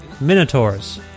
Minotaurs